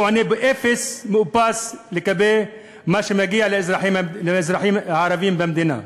עונה באפס מאופס לגבי מה שמגיע לאזרחים הערבים במדינה.